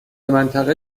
منطقه